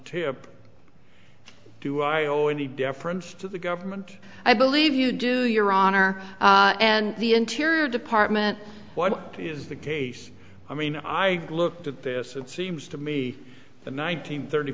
to do i owe any deference to the government i believe you do your honor and the interior department what is the case i mean i looked at this it seems to me the nine hundred thirty